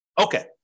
Okay